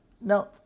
Now